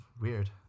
weird